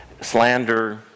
slander